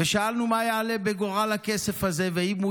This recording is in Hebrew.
ושאלנו מה יעלה בגורל הכסף הזה ואם הוא